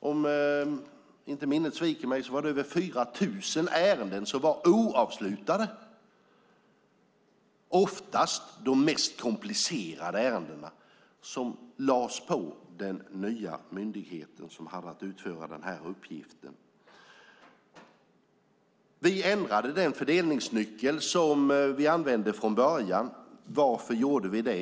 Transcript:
Om inte minnet sviker mig var det över 4 000 ärenden som var oavslutade, oftast de mest komplicerade ärendena, som lades på den nya myndigheten, som hade att utföra den här uppgiften. Vi ändrade den fördelningsnyckel som vi använde från början. Varför gjorde vi det?